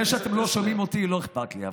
זה שאתם לא שומעים אותי לא אכפת לי,